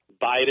Biden